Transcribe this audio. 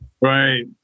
right